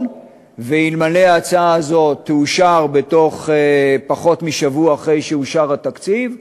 ואלא אם ההצעה הזאת תאושר בתוך פחות משבוע אחרי שאושר התקציב.